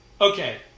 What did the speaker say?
okay